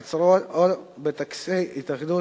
עצרות עם וטקסי התייחדות,